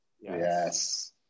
Yes